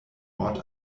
ort